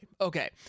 Okay